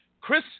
Chris